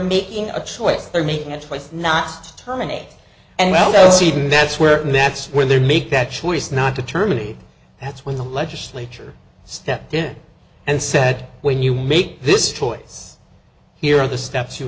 making a choice they're making a choice not to terminate and well that's even that's where that's where they make that choice not to terminate that's when the legislature stepped in and said when you make this choice here are the steps you